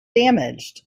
damaged